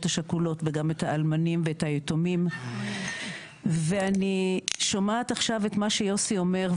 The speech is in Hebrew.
השכולות וגם את האלמנים ואת היתומים אני שומעת את מה שיוסי אומר עכשיו,